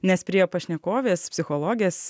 nes prie pašnekovės psichologės